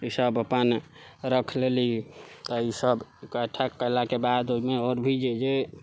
ईसभ अपन रख लेलीह तऽ ईसभ इकठ्ठा कयलाके बाद ओहिमे आओर भी जे जे